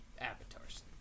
avatars